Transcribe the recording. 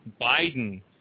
Biden